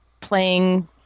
playing